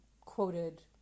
quoted